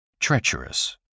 Treacherous